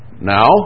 Now